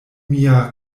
mia